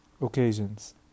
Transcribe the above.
occasions